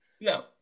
No